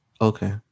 Okay